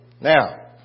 Now